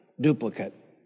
duplicate